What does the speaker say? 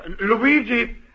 Luigi